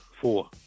four